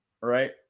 Right